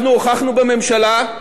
אנחנו הוכחנו בממשלה,